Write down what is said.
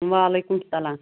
وعلیکُم السلام